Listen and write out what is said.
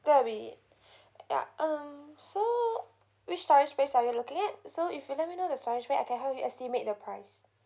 that'll be ya um so which storage space are you looking at so if you let me know the storage space I can help you estimate the price